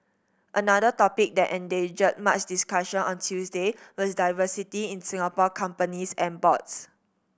another topic that engendered much discussion on Tuesday was diversity in Singapore companies and boards